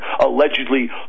allegedly